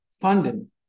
funding